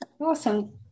Awesome